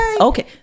okay